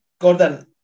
Gordon